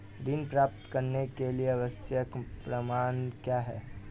ऋण प्राप्त करने के लिए आवश्यक प्रमाण क्या क्या हैं?